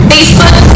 Facebook